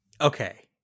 Okay